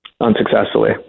unsuccessfully